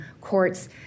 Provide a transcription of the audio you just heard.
courts